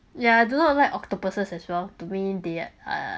yeah I do not like octopuses as well due they're